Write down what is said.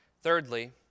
Thirdly